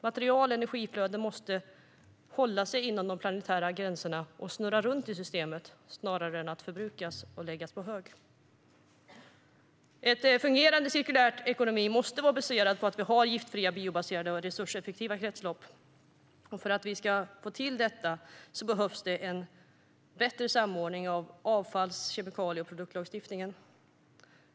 Material och energiflöden måste hålla sig inom de planetära gränserna och snurra runt i systemet snarare än förbrukas och läggas på hög. En fungerande cirkulär ekonomi måste vara baserad på att vi har giftfria, biobaserade och resurseffektiva kretslopp. För att vi ska få till detta behövs det en bättre samordning av avfalls, kemikalie och produktlagstiftningen.